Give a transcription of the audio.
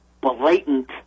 blatant